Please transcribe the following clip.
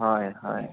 হয় হয়